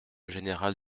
général